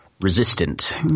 resistant